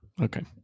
Okay